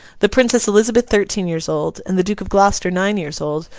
the princess elizabeth thirteen years old, and the duke of gloucester nine years old,